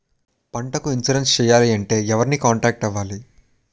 పంటకు ఇన్సురెన్స్ చేయాలంటే ఎవరిని కాంటాక్ట్ అవ్వాలి?